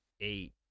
eight